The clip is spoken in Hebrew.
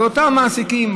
אז אותם מעסיקים,